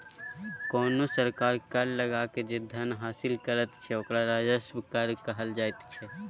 कोनो सरकार कर लगाकए जे धन हासिल करैत छै ओकरा राजस्व कर कहल जाइत छै